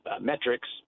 metrics